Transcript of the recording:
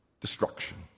Destruction